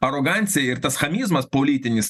arogancija ir tas chamizmas politinis